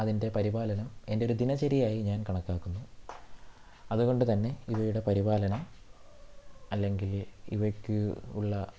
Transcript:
അതിൻ്റെ പരിപാലനം എൻ്റെ ഒരു ദിനചര്യയായി ഞാൻ കണക്കാക്കുന്നു അതുകൊണ്ട് തന്നെ ഇവയുടെ പരിപാലനം അല്ലെങ്കിൽ ഇവയ്ക്ക് ഉള്ള